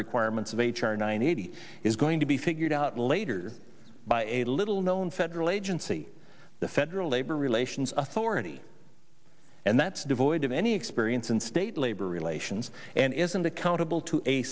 eighty is going to be figured out later by a little known federal agency the federal labor relations authority and that's devoid of any experience in state labor relations and isn't accountable to a